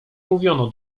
mówiono